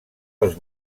els